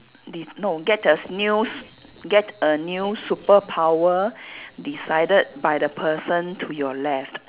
de~ no get a new s~ get a new superpower decided by the person to your left